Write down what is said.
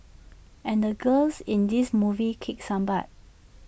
and the girls in this movie kick some butt